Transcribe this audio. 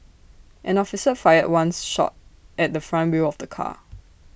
an officer fired one shot at the front wheel of the car